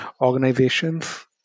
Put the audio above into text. organizations